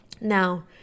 Now